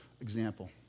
example